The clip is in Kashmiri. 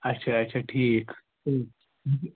اچھا اچھا ٹھیٖک